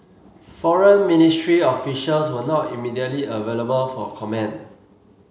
Foreign Ministry officials were not immediately available for comment